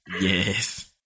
Yes